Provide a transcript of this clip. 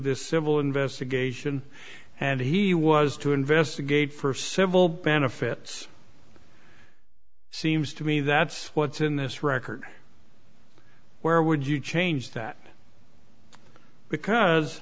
this civil investigation and he was to investigate for civil benefits seems to me that's what's in this record where would you change that because